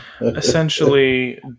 Essentially